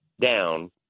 down